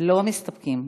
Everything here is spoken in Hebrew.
לא מסתפקים.